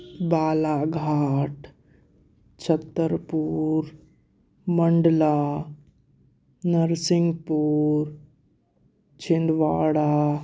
Balaghat Chhatarpur Mandla Narsinghpur Chhindwara